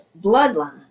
bloodline